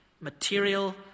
material